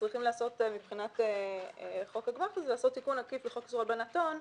לעשות תיקון עקיף לחוק איסור הלבנת הון,